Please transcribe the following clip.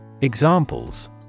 Examples